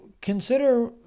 consider